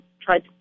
tried